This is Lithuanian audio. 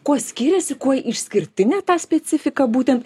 kuo skiriasi kuo išskirtinė ta specifika būtent